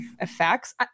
effects